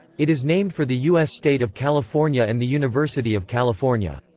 it is named for the u s. state of california and the university of california.